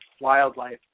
wildlife